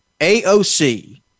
AOC